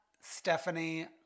Stephanie